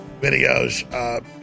videos